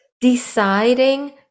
deciding